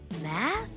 math